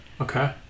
okay